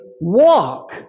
walk